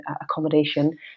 accommodation